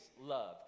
love